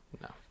no